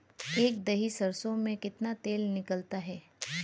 एक दही सरसों में कितना तेल निकलता है?